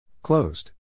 Closed